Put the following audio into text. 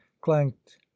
clanked